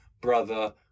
brother